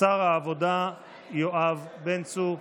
שר העבודה יואב בן צור.